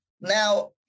Now